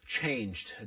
changed